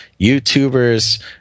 YouTubers